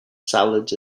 salads